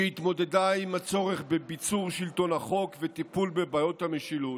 שהתמודדה עם הצורך בביצור שלטון החוק וטיפול בבעיות משילות,